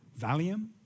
Valium